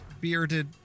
Bearded